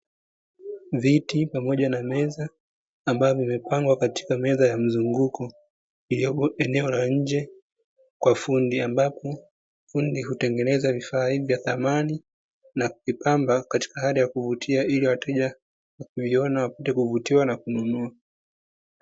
Viti pamoja na meza ambavyo vimepangwa katika meza ya mzunguko, iliyoko sehemu ya nje ambapo fundi hutengeneza vifaa hivyo vya samani na kuvipamba katika hali ya kuvutia ili wateja wakiviona wapate kuvutiwa na kununua.